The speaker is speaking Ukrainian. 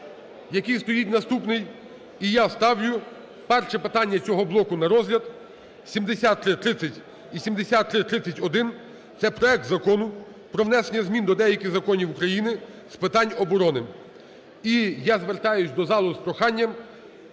який стоїть наступний. І я ставлю перше питання цього блоку на розгляд. 7330 і 7331 – це проект Закону про внесення змін до деяких законів України з питань оборони. І я звертаюся до залу з проханням,